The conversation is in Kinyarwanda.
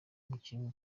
umukinnyi